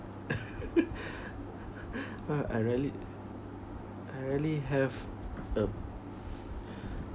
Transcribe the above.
ha I rarely I rarely have a